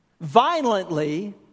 violently